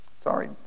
Sorry